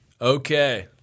Okay